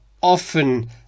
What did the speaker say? often